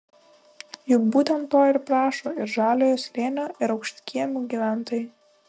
juk būtent to ir prašo ir žaliojo slėnio ir aukštkiemių gyventojai